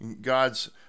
god's